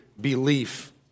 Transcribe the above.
belief